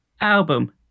album